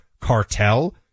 cartel